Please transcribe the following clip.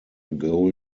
goal